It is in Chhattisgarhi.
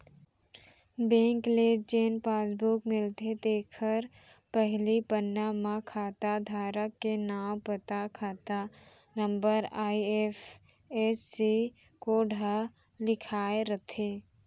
बेंक ले जेन पासबुक मिलथे तेखर पहिली पन्ना म खाता धारक के नांव, पता, खाता नंबर, आई.एफ.एस.सी कोड ह लिखाए रथे